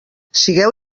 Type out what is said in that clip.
sigueu